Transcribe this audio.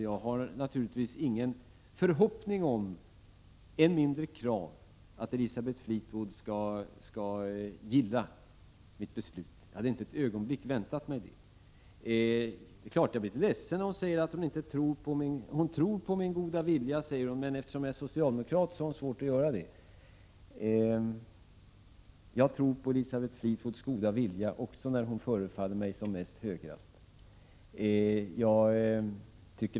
Jag har ingen förhoppning om och än mindre något krav på att Elisabeth Fleetwood skall gilla mitt beslut; jag hade inte ett ögonblick väntat mig det. Det är klart att jag blir litet ledsen när hon säger att hon vill tro på min goda vilja men har svårt att göra det, eftersom jag är socialdemokrat. Jag tror på Elisabeth Fleetwoods goda vilja också när hon förefaller mig som mest högerinriktad.